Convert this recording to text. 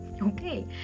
okay